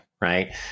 right